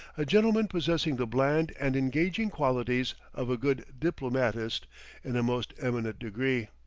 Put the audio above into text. a gentleman possessing the bland and engaging qualities of a good diplomatist in a most eminent degree.